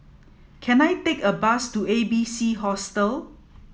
can I take a bus to A B C Hostel